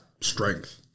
strength